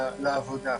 לעבודה.